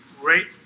great